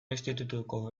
institutuko